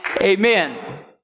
Amen